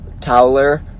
Towler